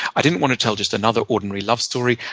i didn't want to tell just another ordinary love story.